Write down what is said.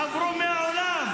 עברו מהעולם,